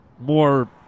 more